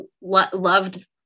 loved